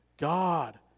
God